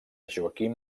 joaquim